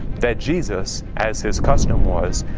that jesus, as his custom was,